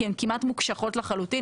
כי הן כמעט מוקשחות לחלוטין.